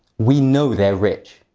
we know they're rich.